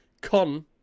Con